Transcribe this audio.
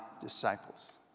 disciples